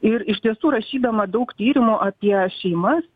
ir iš tiesų rašydama daug tyrimų apie šeimas